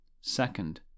Second